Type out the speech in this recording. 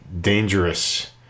dangerous